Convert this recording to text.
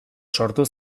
sortu